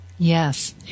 Yes